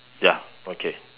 ya okay